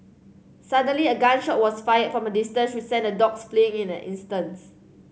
suddenly a gun shot was fired from a distance which sent the dogs fleeing in an instants